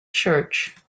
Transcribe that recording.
church